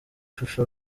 shusho